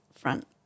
front